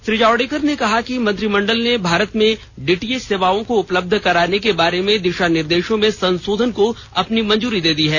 श्री जावर्डेकर ने कहा कि मंसत्रिमंडल ने भारत में डीटीएच सेवाओं को उपलब्ध कराने के बारे में दिशा निर्देशों में संशोधन को भी मंजूरी दे दी है